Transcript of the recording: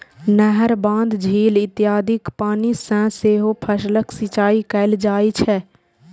नहर, बांध, झील इत्यादिक पानि सं सेहो फसलक सिंचाइ कैल जाइ छै